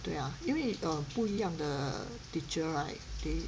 对啊因为 err 不一样的 teacher right they